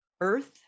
earth